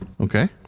okay